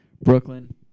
Brooklyn